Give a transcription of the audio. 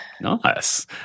Nice